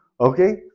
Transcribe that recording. Okay